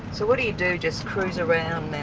so what do you do, just cruise around now?